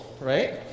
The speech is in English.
right